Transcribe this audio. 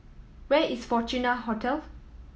where is Fortuna Hotel